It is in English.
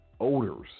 odors